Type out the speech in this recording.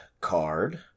card